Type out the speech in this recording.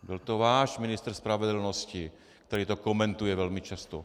Byl to váš ministr spravedlnosti, který to komentuje velmi často.